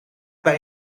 bij